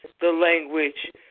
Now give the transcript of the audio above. language